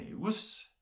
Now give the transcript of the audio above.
news